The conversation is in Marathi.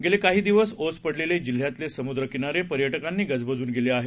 गेले काही दिवस ओस पडलेले जिल्ह्यातले समुद्र किनारे पर्यटकांनी गजबजून गेले आहेत